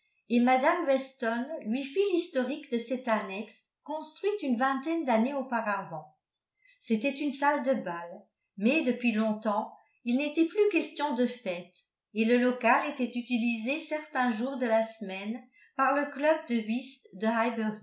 et mme weston lui fit l'historique de cette annexe construite une vingtaine d'années auparavant c'était une salle de bal mais depuis longtemps il n'était plus question de fêtes et le local était utilisé certains jours de la semaine par le club de whist de